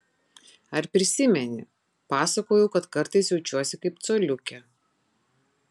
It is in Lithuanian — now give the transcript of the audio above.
ar prisimeni pasakojau kad kartais jaučiuosi kaip coliukė